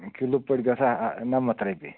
kilo پٲٹھۍ گَژھان نَمَتھ رۄپیہِ